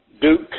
Duke